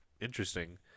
Interesting